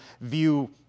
view